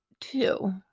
two